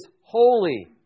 Holy